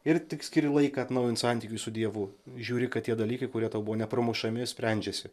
ir tik skiri laiką atnaujint santykius su dievu žiūri kad tie dalykai kurie tau buvo nepramušami sprendžiasi